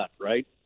right